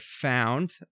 found